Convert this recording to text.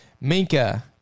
Minka